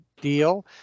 deal